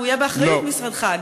והנושא יהיה באחריות משרדך,